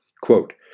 Quote